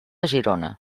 girona